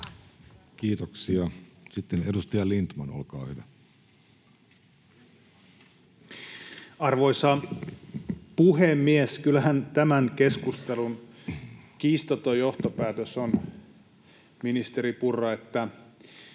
Kiitoksia. — Sitten edustaja Lindtman, olkaa hyvä. Arvoisa puhemies! Kyllähän tämän keskustelun kiistaton johtopäätös on, ministeri Purra, että